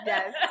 Yes